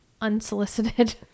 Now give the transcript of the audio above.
unsolicited